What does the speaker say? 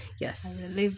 yes